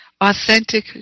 Authentic